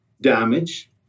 damage